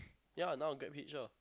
ya now GrabHitch lah